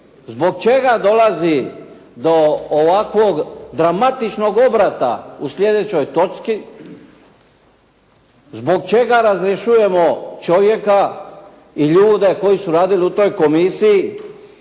zbog čega dolazi do ovakvog dramatičnog obrata u sljedećoj točci? Zbog čega razrješujemo čovjeka i ljude koji su radili u toj Komisiji